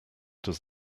does